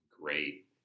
great